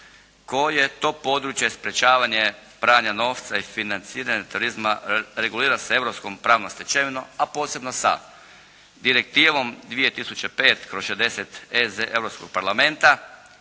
koje to područje sprečavanje pranja novca i financiranje turizma regulira sa europskom pravnom stečevinom a posebno sa direktivom 2005/60 EZ Europskog parlamenta